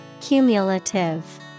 Cumulative